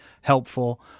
helpful